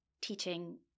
teaching